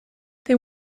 they